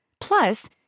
Plus